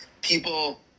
people